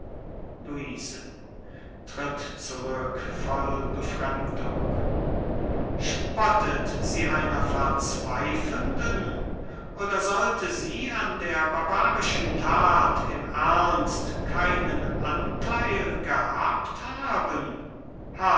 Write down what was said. befremdung spottet sie einer verzweifelnden oder sollte sie an der barbarischen that im ernst keinen antheil gehabt haben